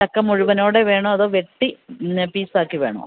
ചക്ക മുഴുവനോടെ വേണോ അതോ വെട്ടി പീസാക്കി വേണോ